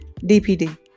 DPD